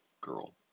girl